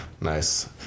nice